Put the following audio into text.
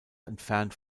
entfernt